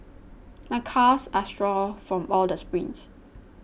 my calves are sore from all the sprints